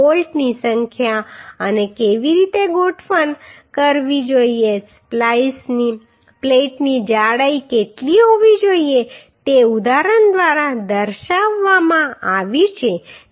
બોલ્ટની સંખ્યા અને કેવી રીતે ગોઠવણ કરવી જોઈએ સ્પ્લાઈસની પ્લેટની જાડાઈ કેટલી હોવી જોઈએ તે ઉદાહરણ દ્વારા દર્શાવવામાં આવ્યું છે